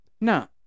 No